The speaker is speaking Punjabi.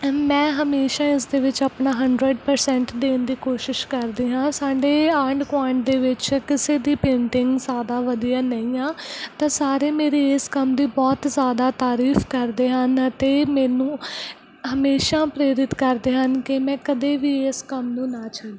ਮੈਂ ਹਮੇਸ਼ਾ ਇਸ ਦੇ ਵਿੱਚ ਆਪਣਾ ਹੰਡਰਡ ਪਰਸੈਂਟ ਦੇਣ ਦੀ ਕੋਸ਼ਿਸ਼ ਕਰਦੀ ਹਾਂ ਸਾਡੇ ਆਂਢ ਗੁਆਂਢ ਦੇ ਵਿੱਚ ਕਿਸੇ ਦੀ ਪੇਂਟਿੰਗ ਜ਼ਿਆਦਾ ਵਧੀਆ ਨਹੀਂ ਆ ਤਾਂ ਸਾਰੇ ਮੇਰੇ ਇਸ ਕੰਮ ਦੀ ਬਹੁਤ ਜ਼ਿਆਦਾ ਤਾਰੀਫ ਕਰਦੇ ਹਨ ਅਤੇ ਮੈਨੂੰ ਹਮੇਸ਼ਾ ਪ੍ਰੇਰਿਤ ਕਰਦੇ ਹਨ ਕਿ ਮੈਂ ਕਦੇ ਵੀ ਇਸ ਕੰਮ ਨੂੰ ਨਾ ਛੱਡਾਂ